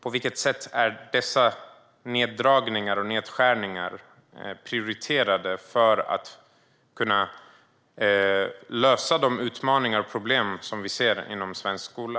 På vilket sätt är dessa neddragningar och nedskärningar prioriterade för att kunna lösa de utmaningar och problem som vi ser inom svensk skola?